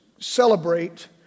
celebrate